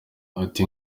ati